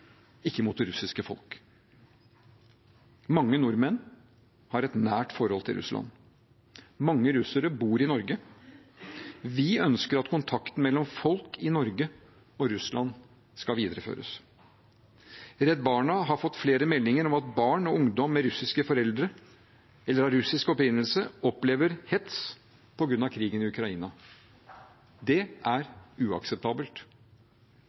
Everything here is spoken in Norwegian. ikke mot det russiske folk. Mange nordmenn har et nært forhold til Russland. Mange russere bor i Norge. Vi ønsker at kontakten mellom folk i Norge og Russland skal videreføres. Redd Barna har fått flere meldinger om at barn og ungdom med russiske foreldre eller av russisk opprinnelse opplever hets på grunn av krigen i Ukraina. Det er uakseptabelt.